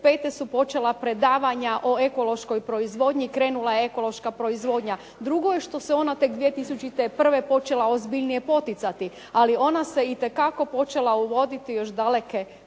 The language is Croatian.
95. su počela predavanja o ekološkoj proizvodnji, krenula je ekološka proizvodnja. Drugo je što se ona tek 2001. počela ozbiljnije poticati ali ona se itekako počela uvoditi još daleke 95.,